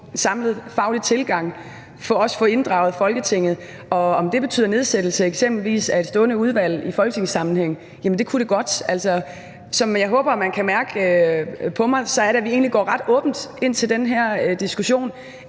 samlet faglig tilgang og også få inddraget Folketinget, og om det betyder nedsættelse af eksempelvis et stående udvalg i folketingssammenhæng, kunne jo godt være. Som jeg håber at man kan mærke på mig, går vi egentlig ret åbent ind til den her diskussion